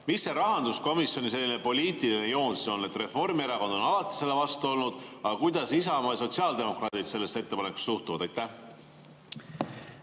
Mis see rahanduskomisjoni poliitiline joon siis on? Reformierakond on alati selle vastu olnud, aga kuidas Isamaa ja sotsiaaldemokraadid sellesse ettepanekusse suhtuvad? Suur